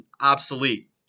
obsolete